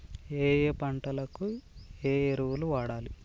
ఏయే పంటకు ఏ ఎరువులు వాడాలి?